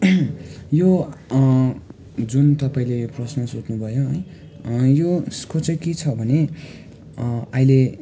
यो जुन तपाईँले प्रश्न सोध्नुभयो है यो यसको चाहिँ के छ भने अहिले